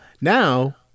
Now